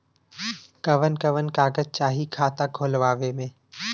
कवन कवन कागज चाही खाता खोलवावे मै?